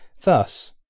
Thus